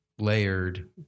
layered